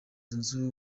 zunze